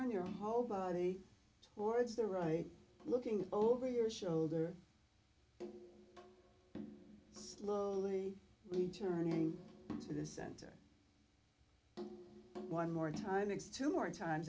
on your whole body towards the right looking over your shoulder slowly returning to the center one more time it's two more times